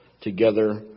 together